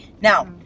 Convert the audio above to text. Now